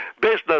Business